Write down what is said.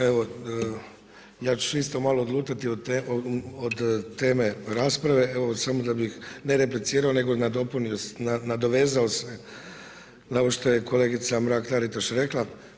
Evo ja ću isto malo odlutati od teme rasprave evo samo da bih ne replicirao, nego nadopunio, nadovezao se na ovo što je kolegica Mrak-Taritaš rekla.